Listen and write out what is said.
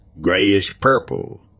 grayish-purple